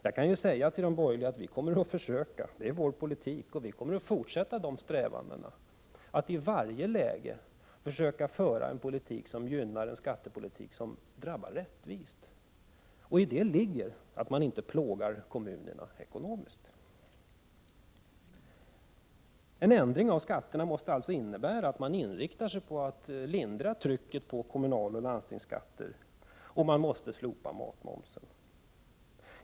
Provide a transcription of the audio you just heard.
Jag kan säga till de borgerliga att vpk kommer att fortsätta strävandena att i varje läge föra en politik som gynnar en skattepolitik som drabbar rättvist. I det ligger att kommunerna inte skall plågas ekonomiskt. En ändring av skatterna måste alltså innebära att man inriktar sig på att lindra trycket på kommunaloch landstingsskatter och att matmomsen slopas.